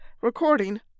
Recording